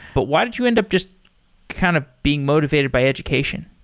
but why did you end up just kind of being motivated by education?